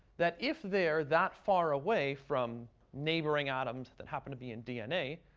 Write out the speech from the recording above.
that, if they're that far away from neighboring atoms that happen to be in dna,